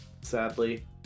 Sadly